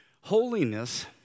Holiness